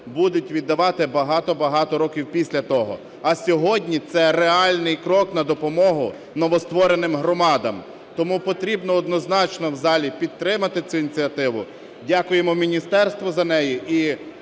будуть віддавати багато-багато років після того. А сьогодні це реальний крок на допомогу новоствореним громадам, тому потрібно однозначно в залі підтримати цю ініціативу. Дякуємо міністерству за неї.